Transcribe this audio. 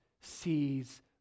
sees